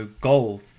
goal